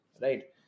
right